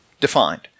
defined